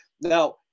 Now